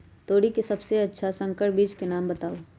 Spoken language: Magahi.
तोरी के सबसे अच्छा संकर बीज के नाम बताऊ?